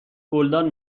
گلدان